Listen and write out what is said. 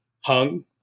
hung